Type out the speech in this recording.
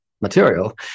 material